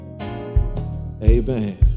amen